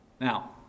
Now